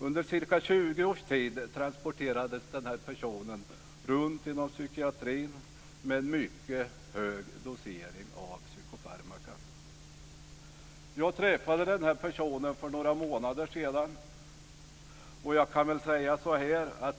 Under ca 20 års tid transporterades den här personen runt inom psykiatrin med en mycket hög dosering av psykofarmaka. Jag träffade den här personen för några månader sedan.